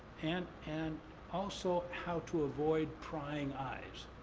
and and also how to avoid prying eyes,